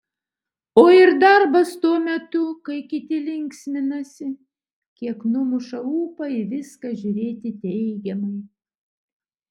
o ir darbas tuo metu kai kiti linksminasi kiek numuša ūpą į viską žiūrėti teigiamai